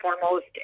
foremost